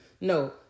No